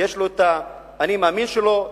יש לו ה"אני מאמין" שלו,